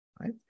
right